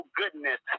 goodness